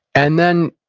and then,